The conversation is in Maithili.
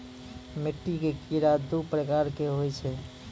मिट्टी के कीड़ा दू प्रकार के होय छै